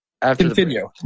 Continue